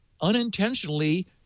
unintentionally